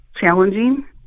challenging